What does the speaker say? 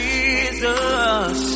Jesus